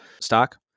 stock